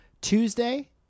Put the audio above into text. Tuesday